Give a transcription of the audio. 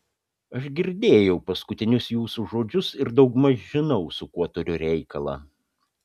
aš girdėjau paskutinius jūsų žodžius ir daugmaž žinau su kuo turiu reikalą